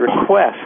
request